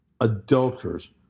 adulterers